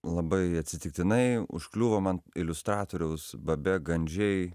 labai atsitiktinai užkliuvo man iliustratoriaus babe gandžei